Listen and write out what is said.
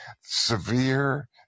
severe